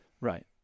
Right